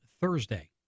Thursday